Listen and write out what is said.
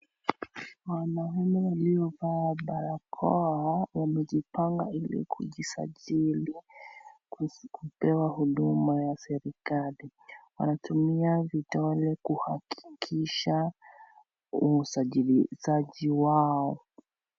Wanaume waliovaa barakoa wamejipanga hili kujisajili kupewa huduma ya serikali, wanatumia vidole kuhakikisha usajilishaji wao.